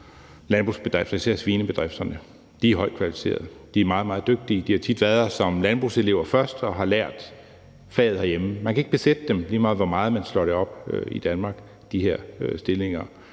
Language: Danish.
landbrugsbedrifter og især svinebedrifterne. De er højt kvalificeret. De er meget, meget dygtige. De har tit været her som landbrugselever først og har lært faget herhjemme. Man kan ikke besætte de her stillinger, lige meget hvor meget man slår dem op i Danmark. Hvis man ikke